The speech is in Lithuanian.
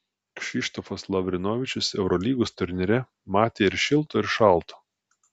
kšištofas lavrinovičius eurolygos turnyre matė ir šilto ir šalto